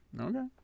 Okay